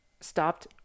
stopped